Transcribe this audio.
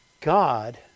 God